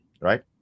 right